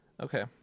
Okay